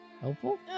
helpful